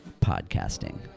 podcasting